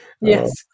Yes